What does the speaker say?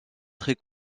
très